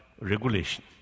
regulation